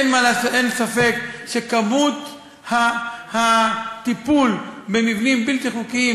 אין ספק שכמות הטיפול במבנים בלתי חוקיים